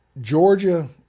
Georgia